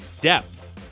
depth